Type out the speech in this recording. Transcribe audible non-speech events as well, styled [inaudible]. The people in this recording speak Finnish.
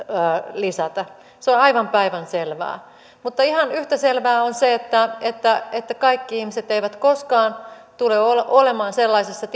lisätä se on aivan päivänselvää mutta ihan yhtä selvää on se että että kaikki ihmiset eivät koskaan tule olemaan sellaisessa [unintelligible]